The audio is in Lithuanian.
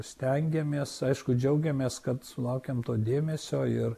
stengiamės aišku džiaugiamės kad sulaukiam to dėmesio ir